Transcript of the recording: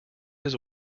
his